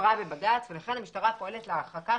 שהוכרה בבג"ץ ולכן המשטרה פועלת להרחקה